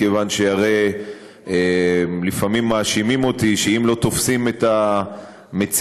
כיוון שהרי לפעמים מאשימים אותי שאם לא תופסים את המציתים,